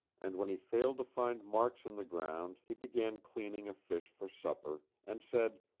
and when he failed to find marks in the ground he began cleaning a fish for supper, and said.